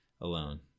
alone